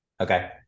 Okay